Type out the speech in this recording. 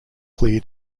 clear